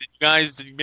guys